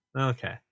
Okay